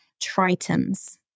Triton's